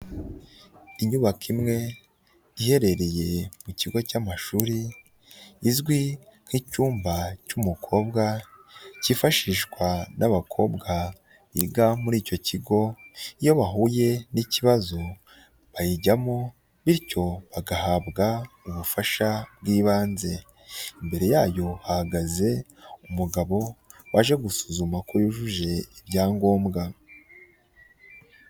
Inyubako imwe iherereye mu kigo cy'amashuri, izwi nk'icyumba cy'umukobwa cyifashishwa n'abakobwa biga muri icyo kigo, iyo bahuye n'ikibazo bayijyamo bityo bagahabwa ubufasha bw'ibanze, imbere yayo hagaze umugabo waje gusuzuma ko yujuje ibyangombwa.